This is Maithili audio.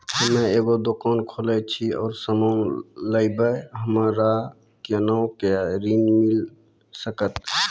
हम्मे एगो दुकान खोलने छी और समान लगैबै हमरा कोना के ऋण मिल सकत?